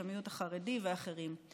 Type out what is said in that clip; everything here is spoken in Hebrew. את המיעוט החרדי והאחרים.